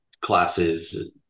classes